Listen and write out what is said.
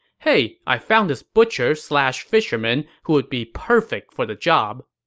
hey, i found this butcher slash fisherman who would be perfect for the job.